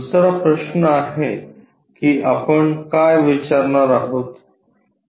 दुसरा प्रश्न आहे की आपण काय विचारणार आहोत